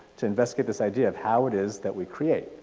to investigate this idea of how it is that we create.